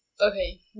Okay